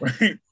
right